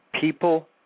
people